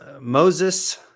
Moses